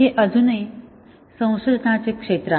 हे अजूनही संशोधनाचे क्षेत्र आहे